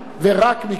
ורק מכאן.